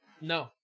No